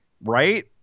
right